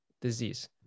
disease